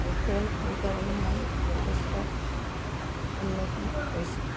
আৰু খেল সেইকাৰণে মই যথেষ্ট উন্নতি হৈছিল